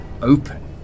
open